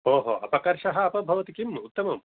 ओहो अपकर्षः अपि भवति किम् उत्तमम्